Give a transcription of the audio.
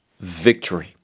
victory